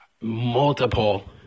multiple